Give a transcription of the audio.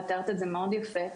ואת תיארת את זה מאוד יפה,